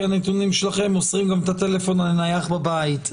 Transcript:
הנתונים שלכם הם מוסרים גם את הטלפון הנייח בבית.